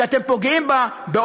כי אתם פוגעים בה בשיטתיות.